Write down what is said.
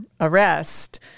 arrest